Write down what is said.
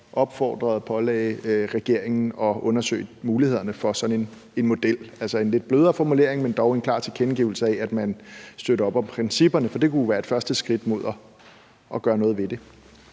opfordrede og pålagde regeringen at undersøge mulighederne for sådan en model, altså en lidt blødere formulering, men dog en klar tilkendegivelse af, at man støtter op om principperne? For det kunne være et første skridt imod at gøre noget ved det.